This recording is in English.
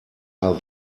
are